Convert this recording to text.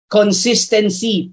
consistency